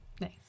Nice